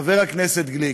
חבר הכנסת גליק,